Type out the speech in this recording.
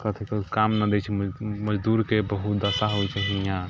कथी काम नहि दै छै मजदूरके बहुत दशा होइत छै दुनिआ